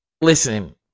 listen